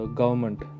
government